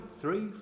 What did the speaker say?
three